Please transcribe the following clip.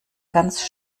ganz